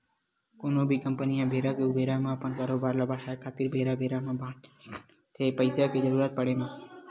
कोनो भी कंपनी ह बेरा के ऊबेरा म अपन कारोबार ल बड़हाय खातिर बेरा बेरा म बांड जारी करथे पइसा के जरुरत पड़े म